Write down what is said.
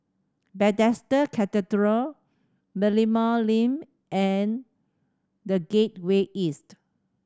Bethesda Cathedral Merlimau Lane and The Gateway East